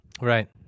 Right